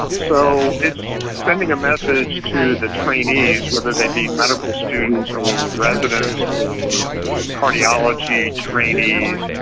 so it's sending a message to the trainees, whether they be medical students or residents or cardiology trainees,